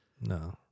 No